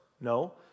No